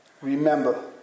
Remember